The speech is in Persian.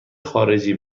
خارجی